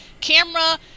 camera